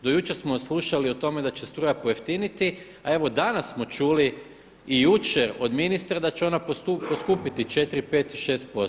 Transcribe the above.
Do jučer smo slušali o tome da će struja pojeftiniti a evo danas smo čuli i jučer od ministra da će ona poskupiti 4, 5 i 6%